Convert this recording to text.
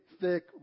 thick